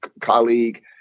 colleague